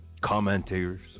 commentators